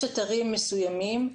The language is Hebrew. יש אתרים מסוימים,